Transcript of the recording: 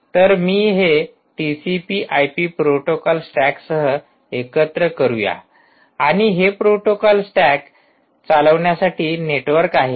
तर मी हे फक्त टीसीपी आयपी प्रोटोकॉल स्टॅकसह एकत्र करूया आणि हे प्रोटोकॉल स्टॅक चालविण्यासाठी नेटवर्क आहे